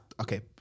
okay